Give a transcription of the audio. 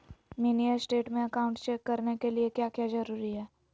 Mini state में account check करने के लिए क्या क्या जरूरी है?